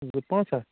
زٕ پانٛژھ ہہ